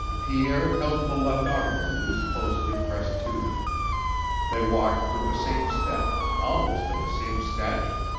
pierre held the left arm of luce closely pressed to him they walked with the same step, almost of the same stature,